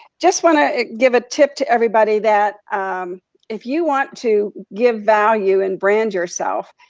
just wanna give a tip to everybody that if you want to give value and brand yourself,